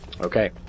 Okay